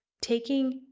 taking